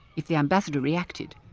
if the ambassador reacted,